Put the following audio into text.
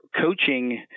coaching